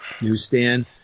newsstand